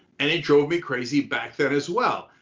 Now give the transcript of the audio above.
and it drove me crazy back then as well.